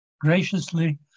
Graciously